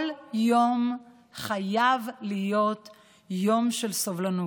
כל יום חייב להיות יום של סובלנות.